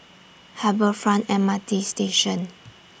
Harbour Front M R T Station